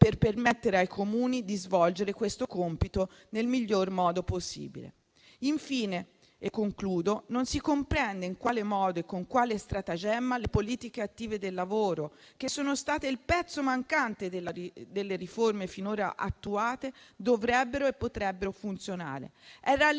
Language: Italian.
permettere ai Comuni di svolgere questo compito nel miglior modo possibile. Infine, avviandomi alla conclusione, non si comprende in quale modo e con quale stratagemma le politiche attive del lavoro, che sono state il pezzo mancante delle riforme finora attuate, dovrebbero e potrebbero funzionare. Era lì